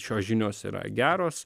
šios žinios yra geros